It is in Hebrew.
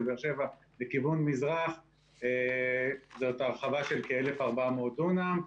באר של שבע לכיוון מזרח זאת הרחבה של כ-1,400 דונם.